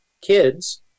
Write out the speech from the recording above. kids